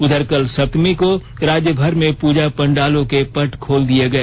उधर कल सप्तमी को राज्य भर में पूजा पंडालों के पट खोल दिए गए